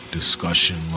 discussion